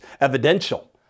evidential